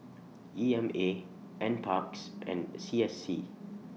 E M A NParks and C S C